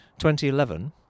2011